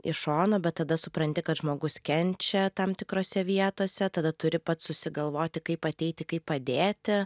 iš šono bet tada supranti kad žmogus kenčia tam tikrose vietose tada turi pats susigalvoti kaip ateiti kaip padėti